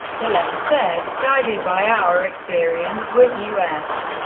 the letter said guided by our experience with u s.